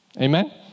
Amen